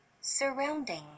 surrounding